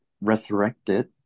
resurrected